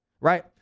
right